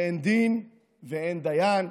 ואין דין ואין דיין,